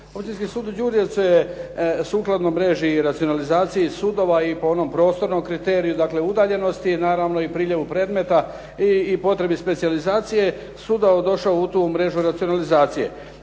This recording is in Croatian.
Općinski sud u Đurđevcu je sukladno mreži i racionalizaciji sudova i po onom prostornom kriteriju, dakle, udaljenosti, naravno i priljevu predmeta i potrebi specijalizacije suda došao u tu mrežu racionalizacije.